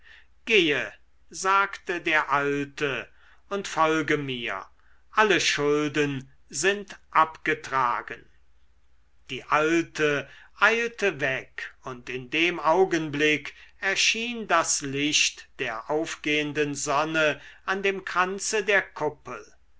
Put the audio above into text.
gehe sagte der alte und folge mir alle schulden sind abgetragen die alte eilte weg und in dem augenblick erschien das licht der aufgehenden sonne an dem kranze der kuppel